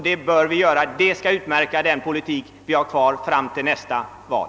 Det bör vi göra. Detta skall utmärka den politik som vi skall föra fram till nästa val.